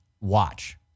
watch